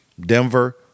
Denver